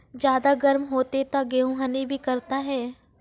ज्यादा गर्म होते ता गेहूँ हनी भी करता है?